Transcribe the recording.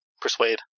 Persuade